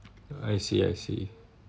I see I see